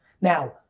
Now